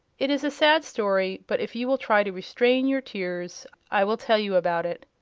it is a sad story, but if you will try to restrain your tears i will tell you about it.